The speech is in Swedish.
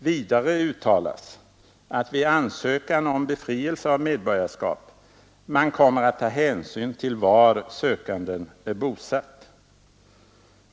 Vidare uttalas att man vid ansökan om befrielse från medborgarskap kommer att ta hänsyn till var sökanden är bosatt.